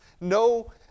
no